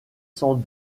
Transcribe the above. sans